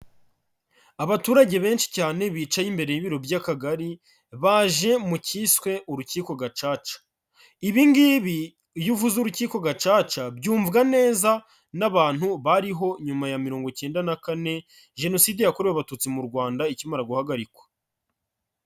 Abaturage benshi cyane bicaye imbere y'ibiro by'Akagari baje mu cyiswe urukiko gacaca, ibi ngibi iyo uvuze urukiko gacaca byumvwa neza n'abantu bariho nyuma ya mirongo icyenda na kane, Jenoside yakorewe abatutsi mu Rwanda ikimara guhagarikwa.